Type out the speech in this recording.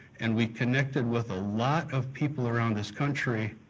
and we connected with a lot of people around this country,